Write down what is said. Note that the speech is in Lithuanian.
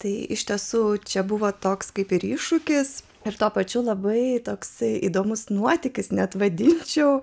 tai iš tiesų čia buvo toks kaip ir iššūkis ir tuo pačiu labai toks įdomus nuotykis net vadinčiau